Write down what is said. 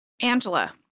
Angela